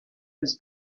was